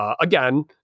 again